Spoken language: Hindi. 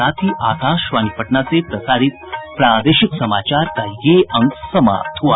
इसके साथ ही आकाशवाणी पटना से प्रसारित प्रादेशिक समाचार का ये अंक समाप्त हुआ